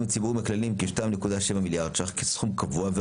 הציבוריים והכלליים כ-2.7 מיליארד שקלים כסכום קבוע,